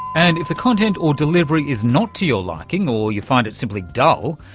and if the content or delivery is not to your liking or you find it simply dull,